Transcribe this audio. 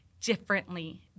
differently